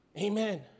Amen